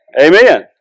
Amen